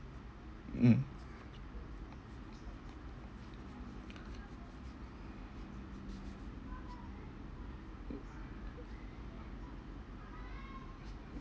mm